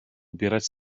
ubierać